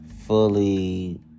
fully